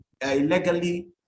illegally